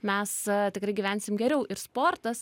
mes tikrai gyvensim geriau ir sportas